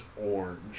orange